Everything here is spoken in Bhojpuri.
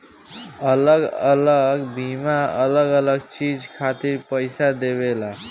अलग अलग बीमा अलग अलग चीज खातिर पईसा देवेला